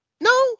No